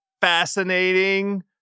fascinating